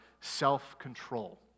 self-control